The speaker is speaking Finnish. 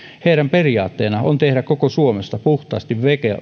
heidän periaatteenaan on tehdä koko suomesta puhtaasti